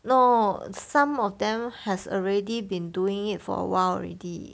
no some of them has already been doing it for a while already